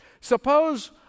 Suppose